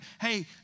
Hey